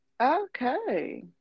Okay